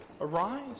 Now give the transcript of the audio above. Arise